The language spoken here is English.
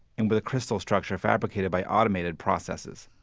and with a crystal structure fabricated by automated processes.